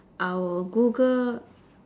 I will Google